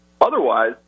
Otherwise